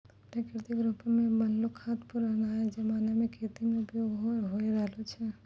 प्राकृतिक रुपो से बनलो खाद पुरानाके जमाना से खेती मे उपयोग होय रहलो छै